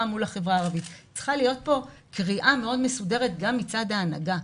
מול החברה הערבית: צריכה להיות פה קריאה מאוד מסודרת גם מצד ההנהגה,